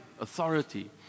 Authority